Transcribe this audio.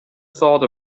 thought